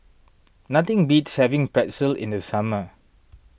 nothing beats having Pretzel in the summer